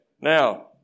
now